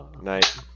Night